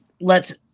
lets